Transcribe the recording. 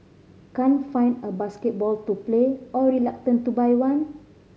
can't find a basketball to play or reluctant to buy one